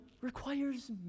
requires